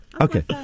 Okay